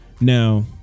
now